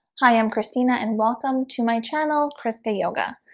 hi, i'm christina and welcome to my channel, chriskayoga!